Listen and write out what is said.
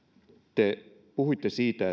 te puhuitte siitä